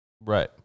Right